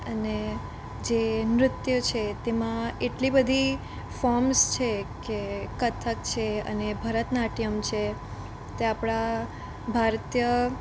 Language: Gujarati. અને જે નૃત્ય છે તેમાં એટલી બધી ફોર્મ્સ છે કે કથક છે અને ભરતનાટ્યમ છે તે આપણા ભારતીય